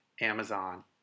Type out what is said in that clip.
Amazon